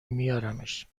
میارمش